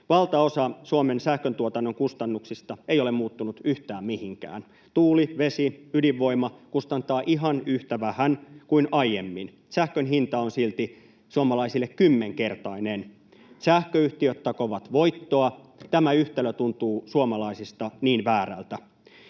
Valtaosa Suomen sähköntuotannon kustannuksista ei ole muuttunut yhtään mihinkään. Tuuli, vesi ja ydinvoima kustantavat ihan yhtä vähän kuin aiemmin. Sähkön hinta on silti suomalaisille kymmenkertainen. Sähköyhtiöt takovat voittoa. Tämä yhtälö tuntuu suomalaisista niin väärältä.